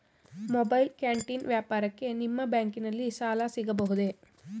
Mobile canteen ವ್ಯಾಪಾರಕ್ಕೆ ನಿಮ್ಮ ಬ್ಯಾಂಕಿನಲ್ಲಿ ಸಾಲ ಸಿಗಬಹುದೇ?